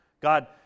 God